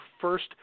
first